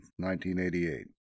1988